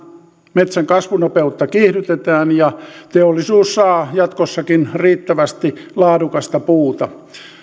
metsän kasvunopeutta kiihdytetään ja teollisuus saa jatkossakin riittävästi laadukasta puuta